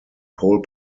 pole